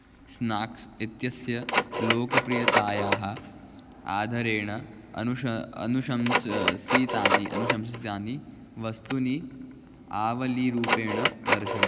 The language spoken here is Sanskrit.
स्नाक्स् इत्यस्य लोकप्रियतायाः आधरेण अनुशंसनम् अनुशं सितानि अनुशंसितानि वस्तूनि आवलीरूपेण दर्शय